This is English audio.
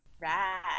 right